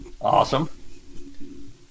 Awesome